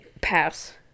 Pass